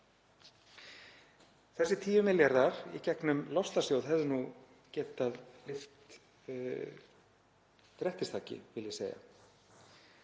Þessir 10 milljarðar í gegnum loftslagssjóð hefðu nú getað lyft grettistaki, vil ég segja,